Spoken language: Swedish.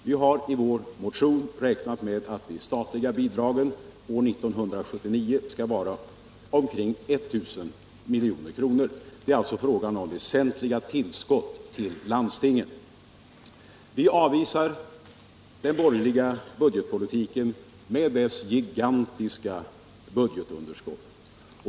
Vi har i vår motion räknat med att de statliga bidragen år 1979 skall vara omkring 1 000 milj.kr. Det är alltså fråga om väsentliga tillskott till landstingen. debatt Allmänpolitisk debatt Vi avvisar den borgerliga politiken med dess gigantiska budgetunderskott.